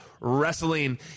wrestling